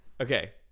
Okay